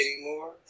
anymore